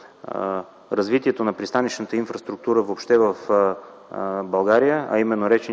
развитието на пристанищната инфраструктура въобще в България, а именно речните